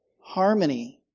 harmony